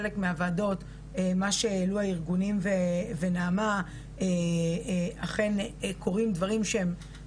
חלק מהוועדות מה שהעלו הארגונים ונעמה אכן קורים דברים שהם,